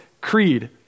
creed